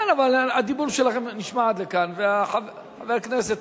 כן, אבל הדיבור שלכם נשמע עד לכאן, וחבר הכנסת,